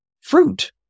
fruit